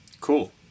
cool